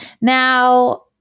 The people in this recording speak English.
Now